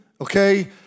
Okay